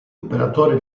operatore